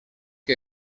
que